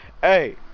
hey